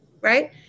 right